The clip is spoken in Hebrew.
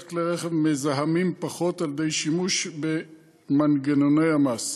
כלי רכב מזהמים פחות על-ידי שימוש במנגנוני מס.